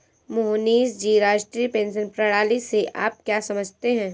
मोहनीश जी, राष्ट्रीय पेंशन प्रणाली से आप क्या समझते है?